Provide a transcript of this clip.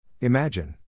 Imagine